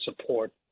support